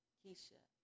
Keisha